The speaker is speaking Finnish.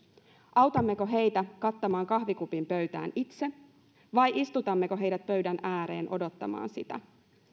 autammeko heitä kattamaan kahvikupin pöytään itse vai istutammeko heidät pöydän ääreen odottamaan sitä